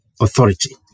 authority